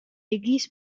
existe